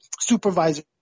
supervisor